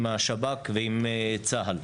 עם השב"כ ועם צה"ל.